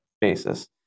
basis